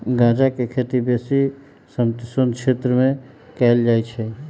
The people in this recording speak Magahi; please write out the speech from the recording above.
गञजा के खेती बेशी समशीतोष्ण क्षेत्र में कएल जाइ छइ